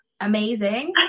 amazing